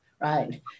right